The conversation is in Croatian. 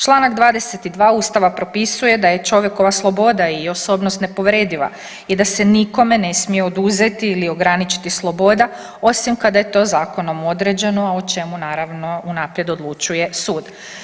Čl. 22 Ustava propisuje da je čovjekova sloboda i osobnost nepovrediva i da se nikome ne smije oduzeti ili ograničiti sloboda osim kad je to zakonom određeno, a o čemu, naravno, unaprijed odlučuje sud.